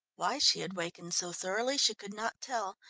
why she had wakened so thoroughly she could not tell,